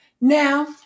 Now